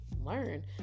learn